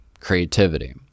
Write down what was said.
creativity